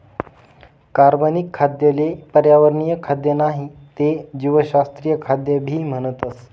कार्बनिक खाद्य ले पर्यावरणीय खाद्य नाही ते जीवशास्त्रीय खाद्य भी म्हणतस